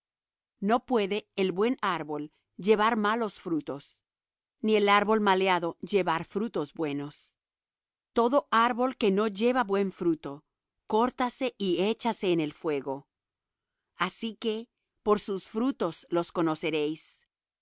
no puede el buen árbol llevar malos frutos ni el árbol maleado llevar frutos buenos todo árbol que no lleva buen fruto córtase y échase en el fuego así que por sus frutos los conoceréis